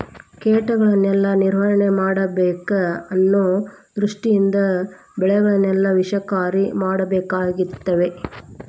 ಕೇಟಗಳನ್ನಾ ನಿರ್ವಹಣೆ ಮಾಡಬೇಕ ಅನ್ನು ದೃಷ್ಟಿಯಿಂದ ಬೆಳೆಗಳನ್ನಾ ವಿಷಕಾರಿ ಮಾಡಾಕತ್ತೆವಿ